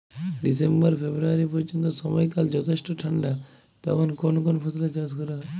December February পর্যন্ত সময়কাল যথেষ্ট ঠান্ডা তখন কোন কোন ফসলের চাষ করা হয়?